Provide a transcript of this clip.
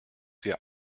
wir